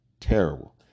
terrible